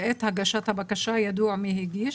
בעת הגשת הבקשה ידוע מי הגיש.